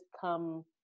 come